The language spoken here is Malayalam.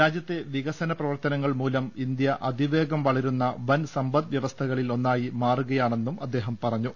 രാജ്യത്തെ വിക സന പ്രവർത്തനങ്ങൾ മൂലം ഇന്ത്യ അതിവേഗം വളരുന്ന വൻ സമ്പദ് വൃവസ്ഥകളിൽ ഒന്നായി മാറുകയാണെന്നും അദ്ദേഹം പറ ഞ്ഞു